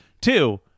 Two